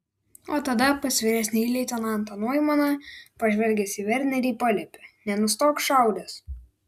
o tada pas vyresnįjį leitenantą noimaną pažvelgęs į vernerį paliepė nenustok šaudęs